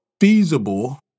feasible